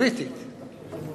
בריטית,